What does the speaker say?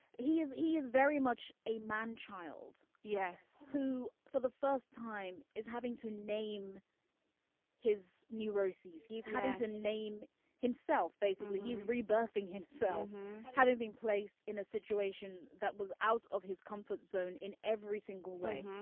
he is. he is very much a man child. yes. who for the first time is having to name his neuroses. he's having to name himself. basically he's rebirthing himself having been placed in a situation that was out of his comfort zone in every single way.